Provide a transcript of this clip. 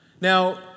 Now